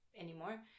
anymore